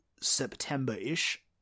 September-ish